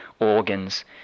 organs